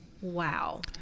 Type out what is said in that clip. Wow